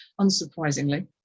unsurprisingly